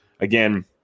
Again